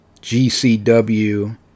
GCW